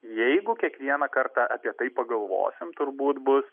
jeigu kiekvieną kartą apie tai pagalvosim turbūt bus